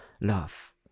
love